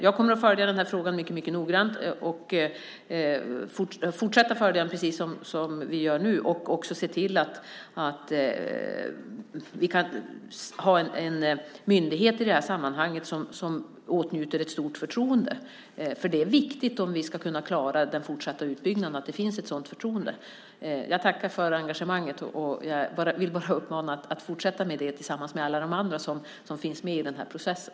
Jag kommer att följa den här frågan mycket noggrant, fortsätta följa den precis som vi gör nu, och också se till att vi kan ha en myndighet i det här sammanhanget som åtnjuter ett stort förtroende. För det är viktigt, om vi ska kunna klara den fortsatta utbyggnaden, att det finns ett sådant förtroende. Jag tackar för engagemanget och vill bara uppmana Lars Elinderson att fortsätta med det tillsammans med alla andra som finns med i den här processen.